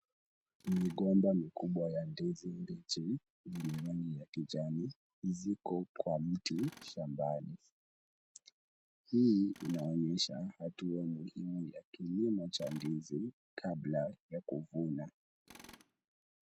Migomba mikubwa ya ndizi mbichi zenye rangi ya kijani ziko kwa mti shambani. Hii inaonyesha hatua muhimu ya kilimo cha ndizi kabla ya kuvuna.